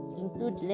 include